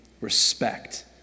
respect